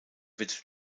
wird